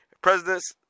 presidents